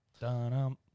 dun